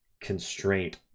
constraint